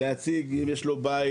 וצריך להצהיר אם יש לו בית,